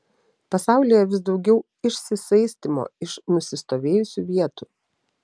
pasaulyje vis daugiau išsisaistymo iš nusistovėjusių vietų